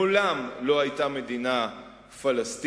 מעולם לא היתה מדינה פלסטינית,